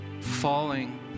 falling